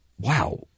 wow